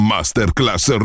Masterclass